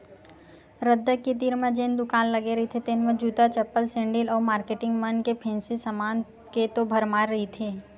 रद्दा के तीर म जेन दुकान लगे रहिथे तेन म जूता, चप्पल, सेंडिल अउ मारकेटिंग मन के फेंसी समान के तो भरमार रहिथे